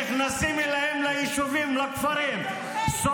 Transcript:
נכנסים אליהם ליישובים, לכפרים -- תומכי טרור.